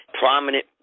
prominent